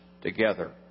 together